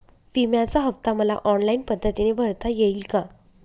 विम्याचा हफ्ता मला ऑनलाईन पद्धतीने भरता येईल का?